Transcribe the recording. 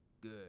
Good